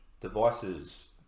Devices